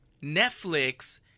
Netflix